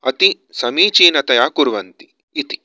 अतिसमीचीनतया कुर्वन्ति इति